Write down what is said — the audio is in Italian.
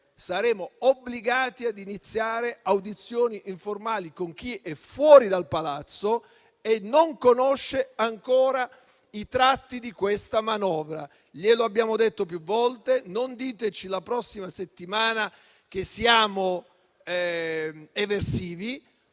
saremo obbligati ad iniziare audizioni informali fuori dal Palazzo con chi non conosce ancora i tratti di questa manovra. Lo abbiamo detto più volte. Non diteci la prossima settimana che siamo eversivi